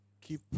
keep